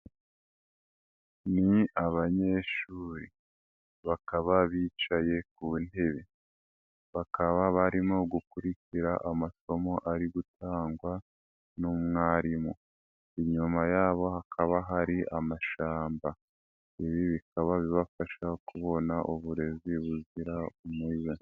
Ni abanyeshuri, bakaba bicaye ku ntebe, bakaba barimo gukurikira amasomo ari gutangwa n'umwarimu, inyuma yabo hakaba hari amashamba, ibi bikaba bibafasha kubona uburezi buzira umuze.